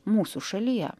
mūsų šalyje